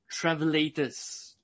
travelators